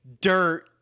dirt